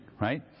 right